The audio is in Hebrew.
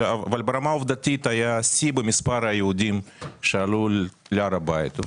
ברמה העובדתית היה שיא במספר היהודים שעלו להר הבית.